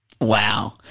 Wow